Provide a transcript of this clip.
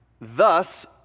Thus